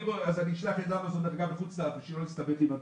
אז אשלח את אמזון לכתובת בחוץ לארץ בשביל לא להסתבך עם הדואר.